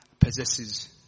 possesses